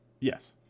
Yes